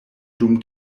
dum